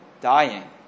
dying